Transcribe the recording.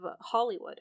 Hollywood